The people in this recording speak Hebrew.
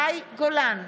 גולן,